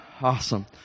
awesome